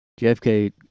JFK